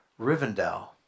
Rivendell